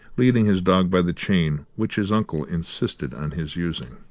leading his dog by the chain which his uncle insisted on his using.